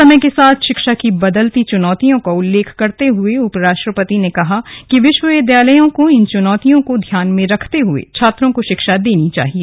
समय के साथ शिक्षा की बदलती चुनौतियों का उल्लेख करते हुए उप राष्ट्रपति ने कहा कि विश्वविद्यालयों को इन चुनौतियों को ध्यान में रखते हुए छात्रों को शिक्षा देनी चाहिए